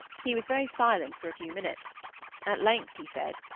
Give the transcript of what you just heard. he was very silent for a few minutes at length he said,